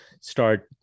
start